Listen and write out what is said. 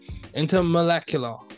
intermolecular